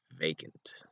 vacant